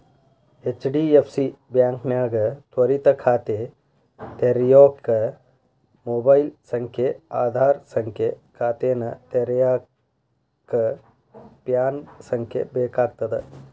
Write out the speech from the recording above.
HDFC ಬಾಂಕ್ನ್ಯಾಗ ತ್ವರಿತ ಖಾತೆ ತೆರ್ಯೋಕ ಮೊಬೈಲ್ ಸಂಖ್ಯೆ ಆಧಾರ್ ಸಂಖ್ಯೆ ಖಾತೆನ ತೆರೆಯಕ ಪ್ಯಾನ್ ಸಂಖ್ಯೆ ಬೇಕಾಗ್ತದ